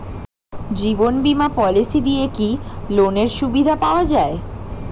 জীবন বীমা পলিসি দিয়ে কি লোনের সুবিধা পাওয়া যায়?